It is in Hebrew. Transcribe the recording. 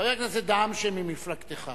חבר הכנסת דהאמשה ממפלגתך